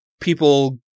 people